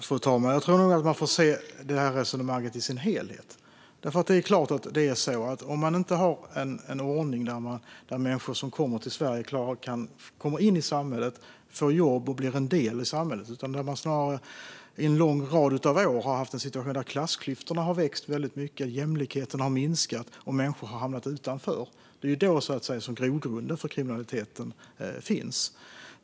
Fru talman! Jag tror nog att man får se det här resonemanget i dess helhet. Det är klart att om man inte har en ordning där människor som kommer till Sverige kan komma in i samhället, få jobb och bli en del av samhället utan snarare i en lång rad av år har haft en situation där klassklyftorna har växt väldigt mycket, jämlikheten har minskat och människor har hamnat utanför, då finns det en grogrund för kriminaliteten.